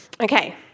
Okay